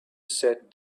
sat